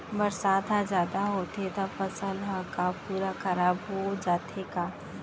बरसात ह जादा होथे त फसल ह का पूरा खराब हो जाथे का?